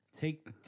Take